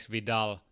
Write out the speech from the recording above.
Vidal